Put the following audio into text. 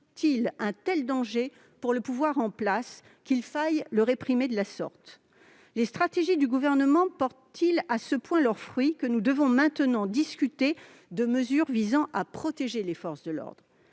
représente-t-il un tel danger pour le pouvoir en place qu'il faille le réprimer de la sorte ? Les stratégies du Gouvernement portent-elles à ce point leurs fruits que nous devons maintenant discuter de mesures visant à protéger les forces de l'ordre ?